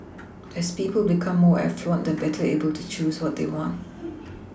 as people become more affluent they are better able to choose what they want